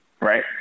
Right